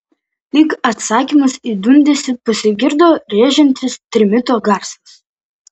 lyg atsakymas į dundesį pasigirdo rėžiantis trimito garsas